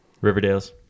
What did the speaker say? Riverdale's